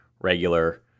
regular